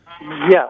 Yes